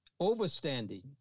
overstanding